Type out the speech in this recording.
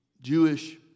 Jewish